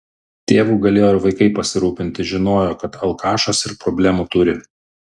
tėvu galėjo ir vaikai pasirūpinti žinojo kad alkašas ir problemų turi